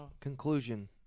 conclusion